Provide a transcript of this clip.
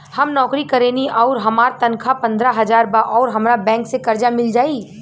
हम नौकरी करेनी आउर हमार तनख़ाह पंद्रह हज़ार बा और हमरा बैंक से कर्जा मिल जायी?